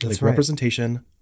Representation